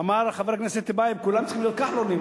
אמר חבר הכנסת טיבייב שכולם צריכים להיות כחלונים,